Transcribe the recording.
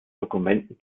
dokumenten